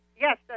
Yes